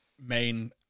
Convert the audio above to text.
main